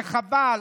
וחבל.